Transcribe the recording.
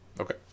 okay